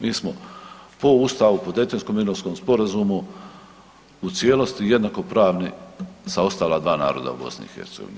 Mi smo po Ustavu, po Daytonskom mirovnom sporazumu u cijelosti jednakopravni sa ostala dva naroda u BiH.